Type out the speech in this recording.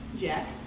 Jack